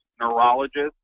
neurologist